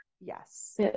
Yes